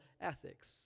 ethics